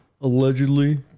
Allegedly